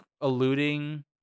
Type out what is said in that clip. alluding